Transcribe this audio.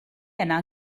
yna